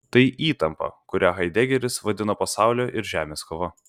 tai įtampa kurią haidegeris vadina pasaulio ir žemės kova